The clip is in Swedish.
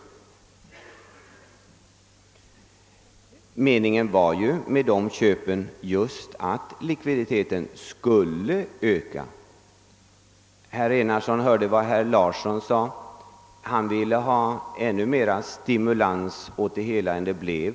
Ja, meningen med de köpen var just att likviditeten skulle öka. Herr Enarsson hörde vad herr Larsson sade — han ville ha ännu mer stimulans åt näringslivet än det blev.